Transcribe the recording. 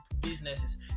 businesses